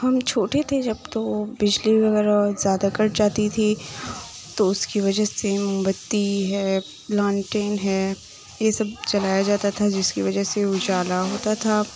ہم چھوٹے تھے جب تو بجلی وغیرہ زیادہ کٹ جاتی تھی تو اس کی وجہ سے موم بتی ہے لانٹین ہے یہ سب جلایا جاتا تھا جس کی وجہ سے اجالا ہوتا تھا